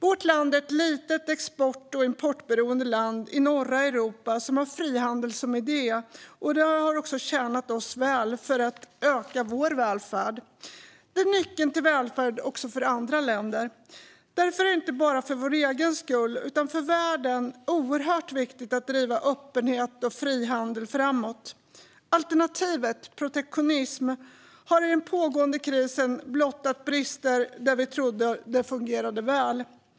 Vårt land är ett litet, export och importberoende land i norra Europa som har frihandel som idé. Detta har tjänat oss väl när det gäller att öka vår välfärd, och det är nyckeln till välfärd också för andra länder. Därför är det inte bara för vår egen skull utan också för världen oerhört viktigt att driva öppenhet och frihandel framåt. Alternativet - protektionism - har i den pågående krisen blottat brister där vi trodde att det fungerade väl.